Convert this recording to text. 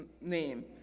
name